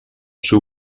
seu